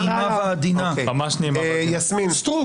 סטרוק.